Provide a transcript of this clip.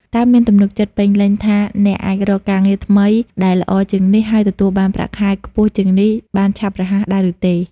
តើអ្នកមានទំនុកចិត្តពេញលេញថាអ្នកអាចរកការងារថ្មីដែលល្អជាងនេះ ហើយទទួលបានប្រាក់ខែខ្ពស់ជាងនេះ បានឆាប់រហ័ស ដែរឬទេ?